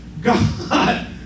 God